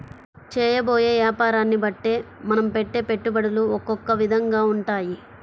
చేయబోయే యాపారాన్ని బట్టే మనం పెట్టే పెట్టుబడులు ఒకొక్క విధంగా ఉంటాయి